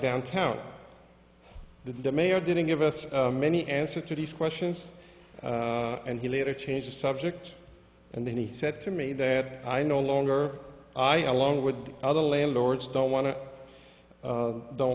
downtown the mayor didn't give us many answer to these questions and he later changed the subject and then he said to me that i no longer i along with other landlords don't want to don't